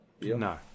No